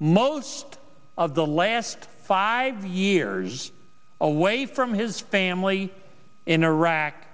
most of the last five years away from his family in iraq